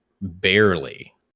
barely